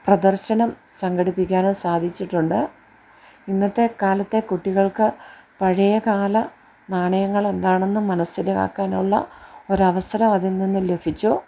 പ്രദർശനം സംഘടിപ്പിക്കാനും സാധിച്ചിട്ടുണ്ട് ഇന്നത്തെ കാലത്തെ കുട്ടികൾക്ക് പഴയ കാല നാണയങ്ങൾ എന്താണെന്ന് മനസ്സിൽ ആക്കാനുള്ള ഒരു അവസരം അതിൽ നിന്ന് ലഭിച്ചു